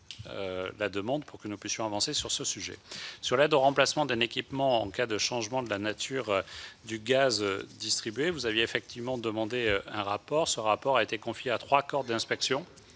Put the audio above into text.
la demande, pour pouvoir avancer sur ce sujet. Sur l'aide au remplacement d'un équipement en cas de changement de la nature du gaz distribué, vous aviez effectivement demandé un rapport. Ce rapport a été confié à trois corps d'inspection,